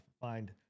Find